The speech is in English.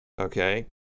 okay